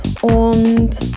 Und